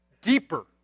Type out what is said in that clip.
deeper